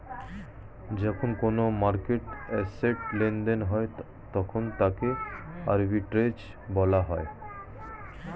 যখন কোনো মার্কেটে অ্যাসেট্ লেনদেন হয় তখন তাকে আর্বিট্রেজ বলা হয়